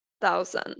thousand